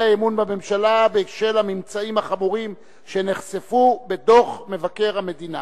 אי-אמון בממשלה בשל הממצאים החמורים שנחשפו בדוח מבקר המדינה.